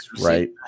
right